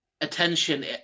attention